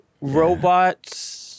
Robots